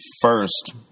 First